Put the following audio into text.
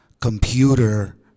computer